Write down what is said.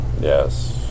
Yes